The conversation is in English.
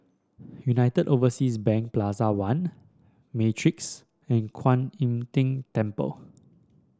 United Overseas Bank Plaza One Matrix and Kuan Im Tng Temple